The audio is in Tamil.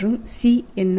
மற்றும் c என்ன